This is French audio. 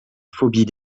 phobie